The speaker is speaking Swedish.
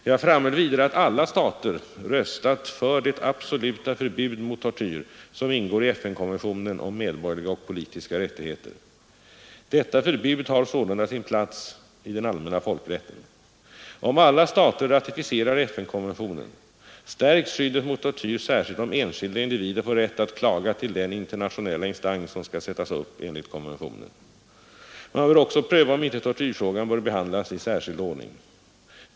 Jag framhöll vidare att alla stater röstat för det absoluta förbud mot tortyr som ingår i FN-konventionen om medborgerliga och politiska rättigheter. Detta förbud har sålunda sin plats i den allmänna folkrätten. Om alla stater ratificerar FN-konventionen stärkes skyddet mot tortyr, särskilt om enskilda individer får rätt att klaga till den internationella instans som skall sättas upp enligt konventionen. Man bör också pröva om inte tortyrfrågan bör behandlas i särskild ordning.